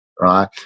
Right